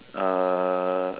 uh